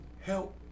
help